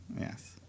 Yes